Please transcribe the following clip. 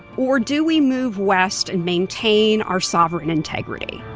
or do we move west and maintain our sovereign integrity?